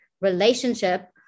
relationship